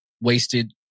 wasted